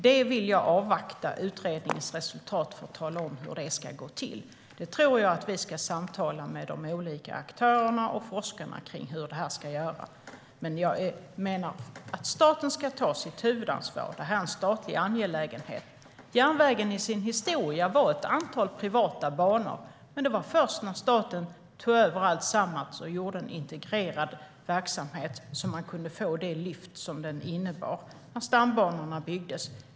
Jag vill avvakta utredningens resultat för att tala om hur det ska gå till. Vi ska samtala med de olika aktörerna och forskarna om hur det ska göras. Jag menar att staten ska ta sitt huvudansvar. Det är en statlig angelägenhet. Järnvägen i sin historia var ett antal privata banor. Det var först när staten tog över alltsamman och gjorde en integrerad verksamhet som den kunde få det lyft det innebar att stambanorna byggdes.